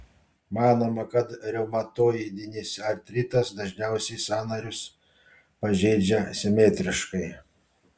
manoma kad reumatoidinis artritas dažniausiai sąnarius pažeidžia simetriškai